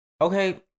okay